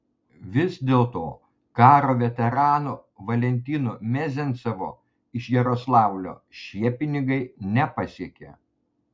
vis dėlto karo veterano valentino mezencevo iš jaroslavlio šie pinigai nepasiekė